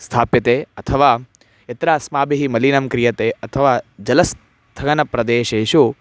स्थाप्यते अथवा यत्र अस्माभिः मलिनं क्रियते अथवा जलस्थगनप्रदेशेषु